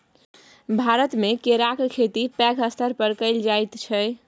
भारतमे केराक खेती पैघ स्तर पर कएल जाइत छै